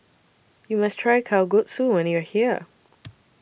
YOU must Try Kalguksu when YOU Are here